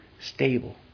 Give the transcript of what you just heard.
stable